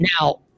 Now